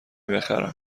بخرم